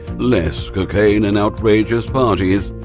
less cocaine and outrageous parties.